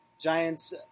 Giants